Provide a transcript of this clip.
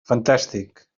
fantàstic